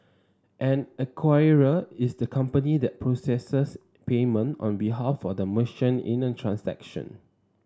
an acquirer is the company that processes payment on behalf of the merchant in a transaction